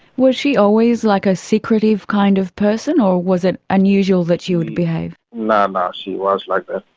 was she always like a secretive kind of person or was it unusual that she would behave? no, no, um ah she was like that.